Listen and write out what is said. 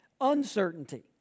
uncertainty